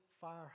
fire